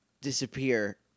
disappear